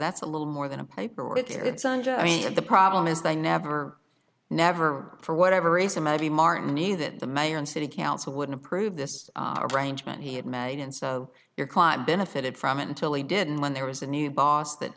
that's a little more than a paper with me and the problem is they never never for whatever reason maybe martin e that the mayor and city council wouldn't approve this arrangement he had made and so your client benefited from it until he didn't when there was a new boss that